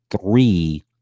three